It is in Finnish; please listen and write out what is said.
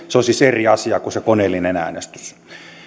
se on siis eri asia kuin se koneellinen äänestys